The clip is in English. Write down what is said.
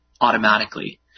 automatically